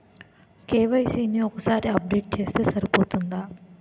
KYC ని ఒక్కసారి update చేస్తే సరిపోతుందా?